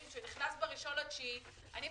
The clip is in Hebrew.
אני רוצה להזכיר, חברים, שנכנס ב-1.9.